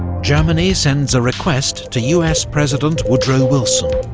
germany sends a request to us president woodrow wilson,